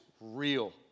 real